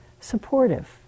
supportive